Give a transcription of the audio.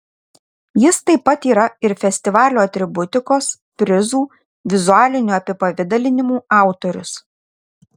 jis taip pat yra ir festivalio atributikos prizų vizualinių apipavidalinimų autorius